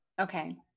Okay